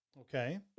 Okay